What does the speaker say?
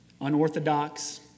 Unorthodox